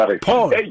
Paul